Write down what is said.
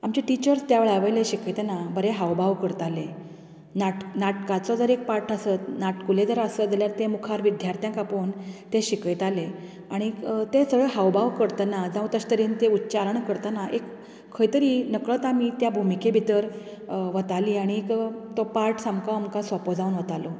आमचे टिचर्स त्या वेळा वयले शिकयतना बरें हावभाव करताले नाटका नाटकांचो जर एक पाठ आसत नाटकुलें जर आसत जाल्यार तें मुखार विद्द्यार्थी ताका आपोवन ते शिकयताले आनीक ते सगळे हावभाव करतना जावं तशे तरेन ते उच्चारण करतना एक खंय तरी नकळत आमी त्या भुमिके भितर वतालीं आनीक तो पाठ सामको आमकां सोंपो जावन वतालो